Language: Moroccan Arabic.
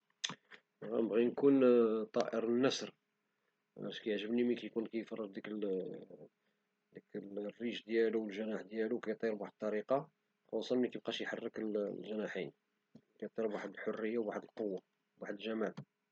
غنبغي نكون طائر النسر حيت كيعجبني ملي كيكون كيفرج الجناح ديالو والريش ديالو وكيطير بواحد الطريقة خصوصا ملي مكيبقاش يحرك الجناحين، كيطير بواحد الحرية وواحد القوة وواحد الجمال